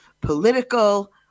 political